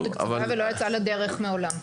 לא תוקצבה ולא יצאה לדרך מעולם.